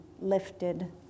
lifted